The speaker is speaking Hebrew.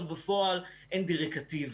אבל בפועל אין דירקטיבה.